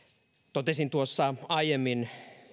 totesin tuossa aiemmin